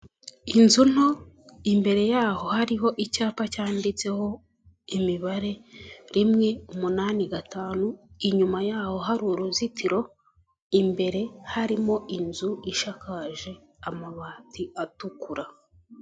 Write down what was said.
Inzu nto imbere yaho hariho icyapa cyanditseho imibare rimwe umunani gatanu, inyuma yaho hari uruzitiro imbere harimo inzu ishakaje amabati atukura.